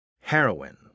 Heroin